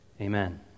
Amen